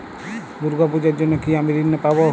দুর্গা পুজোর জন্য কি আমি ঋণ পাবো?